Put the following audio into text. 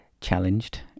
challenged